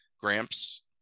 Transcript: Gramps